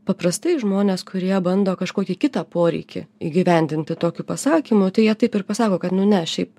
paprastai žmonės kurie bando kažkokį kitą poreikį įgyvendinti tokiu pasakymu tai jie taip ir pasako kad nu ne šiaip